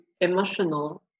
emotional